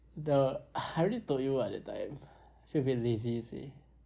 the ah I already told you [what] that time feel a bit lazy to say